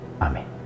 Amen